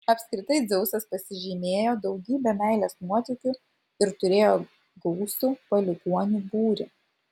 apskritai dzeusas pasižymėjo daugybe meilės nuotykių ir turėjo gausų palikuonių būrį